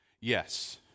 Yes